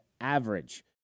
average